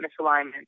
misalignment